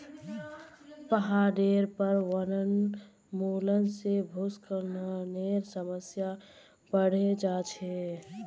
पहाडेर पर वनोन्मूलन से भूस्खलनेर समस्या बढ़े जा छे